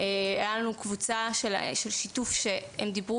כי הטיפול